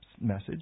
message